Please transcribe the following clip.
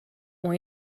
ont